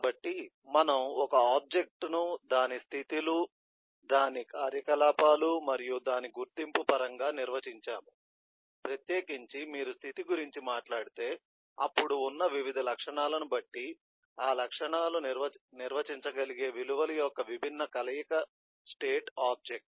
కాబట్టి మనము ఒక ఆబ్జెక్ట్ ను దాని స్థితిలు దాని కార్యకలాపాలు మరియు దాని గుర్తింపు పరంగా నిర్వచించాము ప్రత్యేకించి మీరు స్థితి గురించి మాట్లాడితే అప్పుడు ఉన్న వివిధ లక్షణాలను బట్టి ఆ లక్షణాలను నిర్వచించగలిగే విలువల యొక్క విభిన్న కలయిక స్టేట్ ఆబ్జెక్ట్